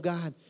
God